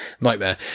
nightmare